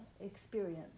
experience